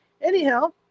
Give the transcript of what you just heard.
Anyhow